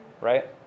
right